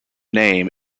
name